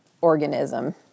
organism